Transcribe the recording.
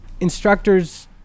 instructors